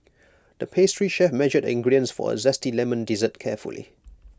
the pastry chef measured ingredients for A Zesty Lemon Dessert carefully